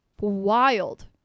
wild